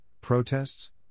protests